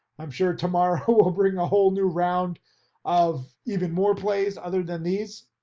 i'm sure tomorrow we'll bring a whole new round of even more plays other than these.